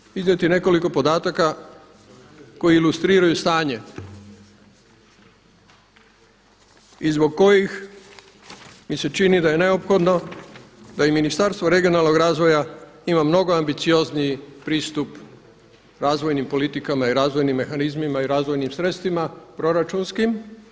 A sad ću iznijeti nekoliko podataka koji ilustriraju stanje i zbog kojih mi se čini da je neophodno da i Ministarstvo regionalnog razvoja ima mnogo ambiciozniji pristup razvojnim politikama i razvojnim mehanizmima i razvojnim sredstvima proračunskim.